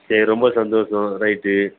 சரி ரொம்ப சந்தோஷம் ரைட்டு